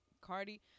Cardi